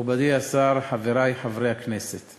שום ביטחון שכאשר נצטרך אותם אנחנו נמצא אותם.